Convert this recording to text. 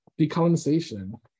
decolonization